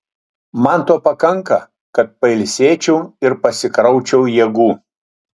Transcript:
man to pakanka kad pailsėčiau ir pasikraučiau jėgų